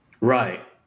right